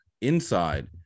inside